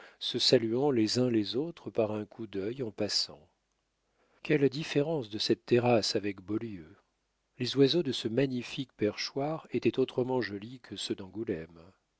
se saluant les uns les autres par un coup d'œil en passant quelle différence de cette terrasse avec beaulieu les oiseaux de ce magnifique perchoir étaient autrement jolis que ceux d'angoulême